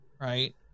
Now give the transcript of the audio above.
Right